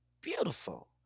beautiful